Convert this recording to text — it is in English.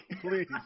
please